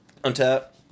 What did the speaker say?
Untap